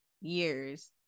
years